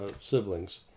siblings